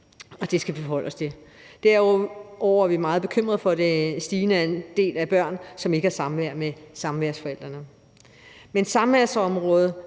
Det skal vi forholde os til. Derudover er vi meget bekymrede for det stigende antal børn, som ikke har samvær med samværsforældrene. Men samværsområdet